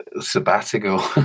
sabbatical